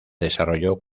desarrolló